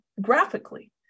graphically